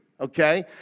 okay